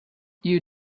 you